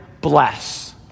BLESS